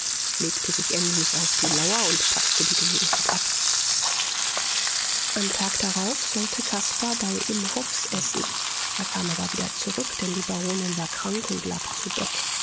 legte sich emsig auf die lauer und paßte die gelegenheit ab am tag darauf sollte caspar bei imhoffs essen er kam aber wieder zurück denn die baronin war krank und lag zu bett